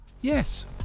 yes